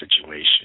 situation